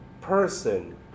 person